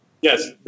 Yes